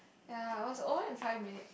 ya it was over in five minute